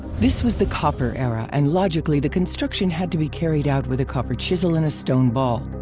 this was the copper era and logically the construction had to be carried out with a copper chisel and a stone ball.